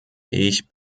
ich